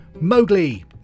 Mowgli